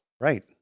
Right